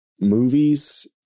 movies